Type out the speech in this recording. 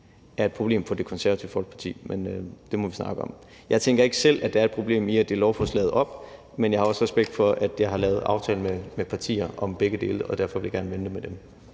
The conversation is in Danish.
er et problem for Det Konservative Folkeparti. Men det må vi snakke om. Jeg tænker ikke selv, at der er et problem i at dele lovforslaget op, men jeg har også respekt for, at jeg har lavet en aftale med partier om begge dele, og derfor vil jeg gerne vende det med dem.